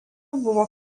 buvo